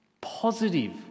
positive